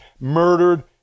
murdered